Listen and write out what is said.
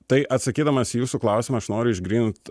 tai atsakydamas į jūsų klausimą aš noriu išgrynint